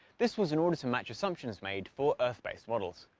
this was in order to match assumptions made for earth-based models.